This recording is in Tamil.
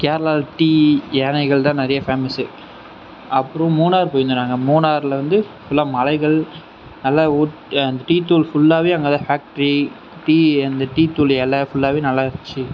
கேரளா டி யானைகள் தான் நிறையா ஃபேமஸ் அப்புறோம் மூணார் போயிருந்தோம் நாங்கள் மூணார்ல வந்து ஃபுல்லாக மலைகள் நல்லா ஊட்டி தூள் ஃபுல்லாவே அங்கே தான் ஃபேக்ட்ரி டீலிருந்து டீ தூள் எல்லாம் ஃபுல்லாவே நல்லா இருந்துச்சு